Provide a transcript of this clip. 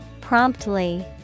Promptly